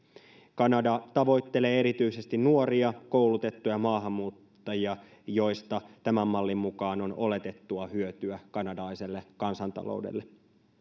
kanada tavoittelee erityisesti nuoria koulutettuja maahanmuuttajia joista tämän mallin mukaan on oletettua hyötyä kanadalaiselle kansantaloudelle